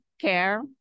care